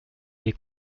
les